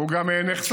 הוא גם נחשף,